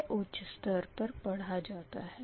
यह उच्च स्तर पर पढ़ा जाता है